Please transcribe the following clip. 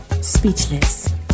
speechless